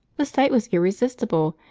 the sight was irresistible,